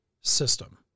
system